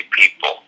people